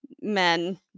men